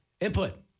input